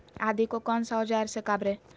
आदि को कौन सा औजार से काबरे?